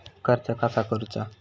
कर्ज कसा करूचा?